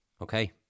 Okay